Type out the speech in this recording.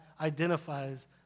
identifies